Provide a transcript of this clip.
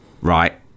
right